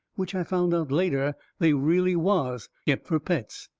which i found out later they really was, kept fur pets.